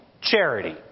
charity